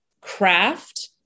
craft